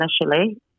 initially